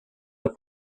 the